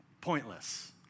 pointless